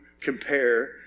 compare